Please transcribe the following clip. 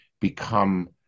become